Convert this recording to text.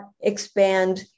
expand